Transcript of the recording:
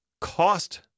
cost